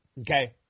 Okay